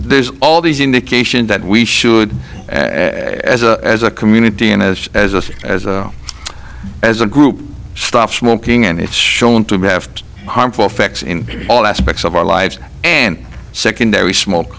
there's all these indications that we should as a community and as as a as a as a group stop smoking and it's shown to have harmful effects in all aspects of our lives and secondary smoke